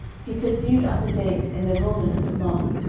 he pursued after david in the wilderness of maon.